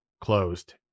closed